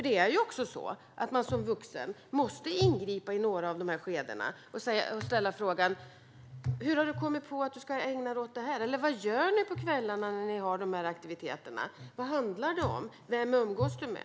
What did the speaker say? Det är ändå så att man som vuxen måste ingripa i några av dessa skeenden och ställa frågor: Hur har du kommit på att du ska ägna dig åt det här? Vad gör ni på de där kvällsaktiviteterna? Vad handlar det om? Vem umgås du med?